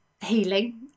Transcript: healing